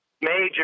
major